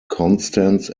constance